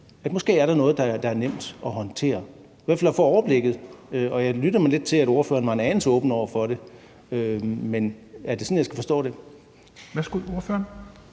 der måske er noget, der er nemt at håndtere. I hvert fald kunne man få overblikket. Og jeg lyttede mig lidt til, at ordføreren var en anelse åben over for det. Men er det sådan, jeg skal forstå det? Kl. 13:49 Fjerde